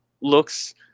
looks